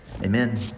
Amen